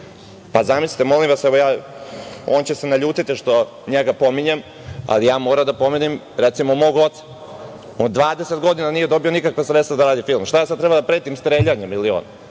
to. Zamislite molim vas, on će se naljutiti što ja njega pominjem, ali ja moram da pomenem recimo mog oca. On 20 godina nije dobio nikakva sredstva da radi film. Šta ja sada treba da pretim streljanjem ili on?